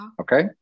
Okay